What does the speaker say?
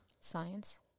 science